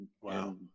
Wow